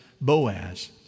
Boaz